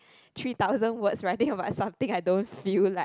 three thousand words writing about something I don't feel like